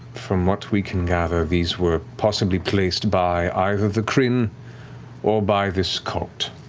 from what we can gather, these were possibly placed by either the kryn or by this cult.